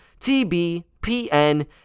TBPN